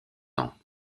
ans